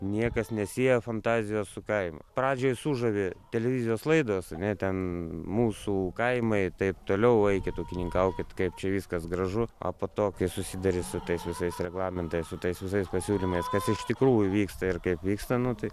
niekas nesiejo fantazijos su kaimu pradžioj sužavi televizijos laidos ane ten mūsų kaimai taip toliau eikit ūkininkaukit kaip čia viskas gražu o po to kai susiduri su tais visais reglamentais su tais visais pasiūlymais kas iš tikrųjų vyksta ir kaip vyksta nu tai